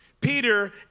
Peter